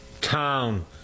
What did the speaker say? town